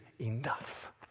enough